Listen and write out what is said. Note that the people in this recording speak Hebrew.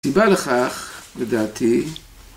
סיבה לכך, לדעתי